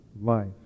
life